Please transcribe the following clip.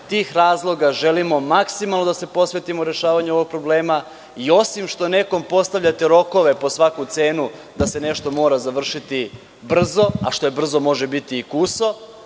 tih razloga želimo da se maksimalno posvetimo rešavanju ovog problema i osim što nekome postavljate rokove po svaku cenu da se nešto mora završiti brzo, a što je brzo može biti kuso,